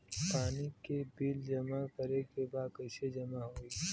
पानी के बिल जमा करे के बा कैसे जमा होई?